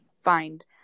find